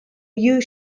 you